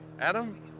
Adam